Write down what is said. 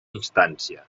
instància